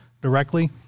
directly